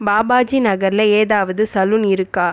பாபாஜி நகரில் ஏதாவது சலூன் இருக்கா